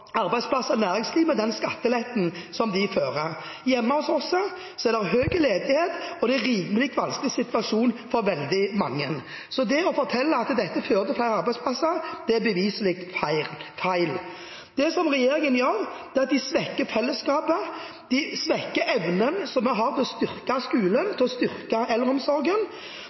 arbeidsplasser og næringslivet. Hjemme hos oss er det høy ledighet, og det er en rimelig vanskelig situasjon for veldig mange. Så det å fortelle at dette fører til flere arbeidsplasser, er beviselig feil. Det regjeringen gjør, er å svekke fellesskapet, svekke vår evne til å styrke skolen og styrke eldreomsorgen. Så er det også veldig spesielt å legge merke til at alt som vi